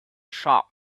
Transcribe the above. sharp